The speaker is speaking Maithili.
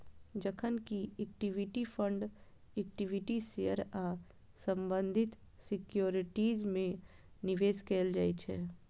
जखन कि इक्विटी फंड इक्विटी शेयर आ संबंधित सिक्योरिटीज मे निवेश कैल जाइ छै